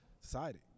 society